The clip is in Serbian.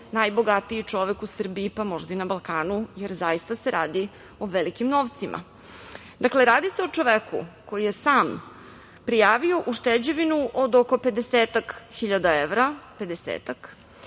najbogatiji čovek u Srbiji, pa možda i na Balkanu, jer zaista se radi o velikim novcima. Dakle, radi se o čoveku koji je sam prijavio ušteđevinu od oko 50-ak hiljada